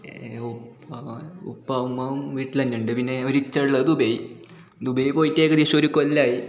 ഉപ്പ ഉപ്പ ഉമ്മാവും വീട്ടിൽ തന്നെ ഉണ്ട് പിന്നേ ഒരിച്ഛ ഉള്ളത് ദുബെയിൽ ദുബെയിൽ പോയിട്ട് ഏകദേശം ഒരു കൊല്ലാമായി